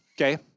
Okay